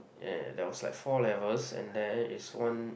ya there was like four levels and there is one